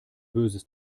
böses